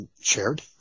shared